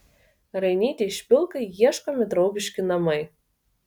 rainytei špilkai ieškomi draugiški namai